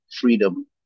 freedom